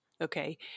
okay